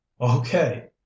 okay